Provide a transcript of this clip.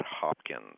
Hopkins